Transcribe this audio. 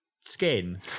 skin